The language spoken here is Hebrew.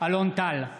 אלון טל,